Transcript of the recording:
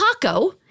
Paco